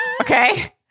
Okay